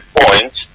points